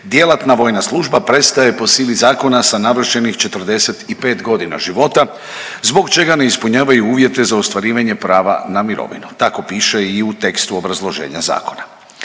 djelatna vojna služba prestaje po sili zakona sa navršenih 45.g. života, zbog čega ne ispunjavaju uvjete za ostvarivanje prava na mirovinu, tako piše i u tekstu obrazloženja zakona.